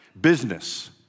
business